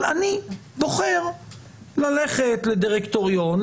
אבל הוא בוחר ללכת לדירקטוריון,